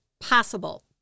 possible